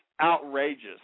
Outrageous